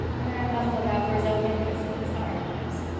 a man must look out for his own interests in these hard times.